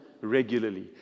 regularly